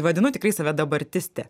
vadinu tikrai save dabartiste